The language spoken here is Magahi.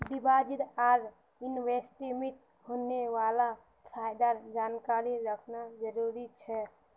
डिपॉजिट आर इन्वेस्टमेंटत होने वाला फायदार जानकारी रखना जरुरी छे